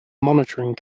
monitoring